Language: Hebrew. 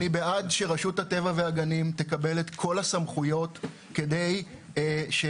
אני בעד שרשות הטבע והגנים תקבל את כל הסמכויות כדי שניתן